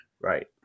Right